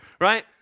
right